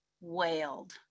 wailed